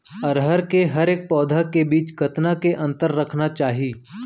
अरहर के हरेक पौधा के बीच कतना के अंतर रखना चाही?